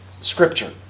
Scripture